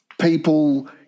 people